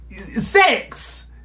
sex